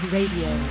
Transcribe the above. Radio